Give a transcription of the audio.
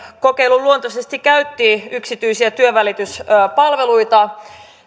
kokeiluluontoisesti käytti yksityisiä työnvälityspalveluita